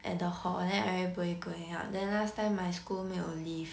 at the hall then everybody going out then last time my school 没有 lift